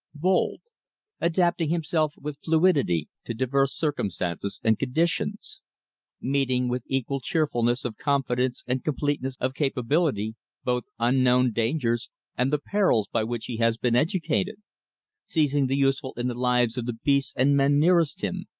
bold adapting himself with fluidity to diverse circumstances and conditions meeting with equal cheerfulness of confidence and completeness of capability both unknown dangers and the perils by which he has been educated seizing the useful in the lives of the beasts and men nearest him,